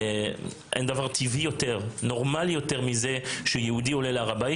אין דבר טבעי ונורמלי יותר מזה שיהודי עולה להר הבית,